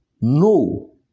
No